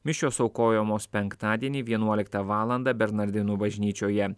mišios aukojamos penktadienį vienuoliktą valandą bernardinų bažnyčioje